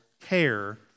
care